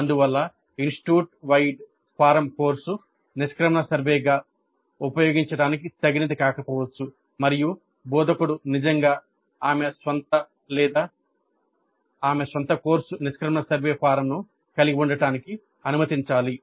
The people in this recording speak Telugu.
అందువల్ల ఇన్స్టిట్యూట్ వైడ్ ఫారం కోర్సు నిష్క్రమణ సర్వేగా ఉపయోగించడానికి తగినది కాకపోవచ్చు మరియు బోధకుడు నిజంగా తన సొంత లేదా ఆమె స్వంత కోర్సు నిష్క్రమణ సర్వే ఫారమ్ను కలిగి ఉండటానికి అనుమతించాలి